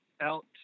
out